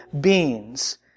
beings